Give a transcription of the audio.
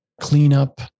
cleanup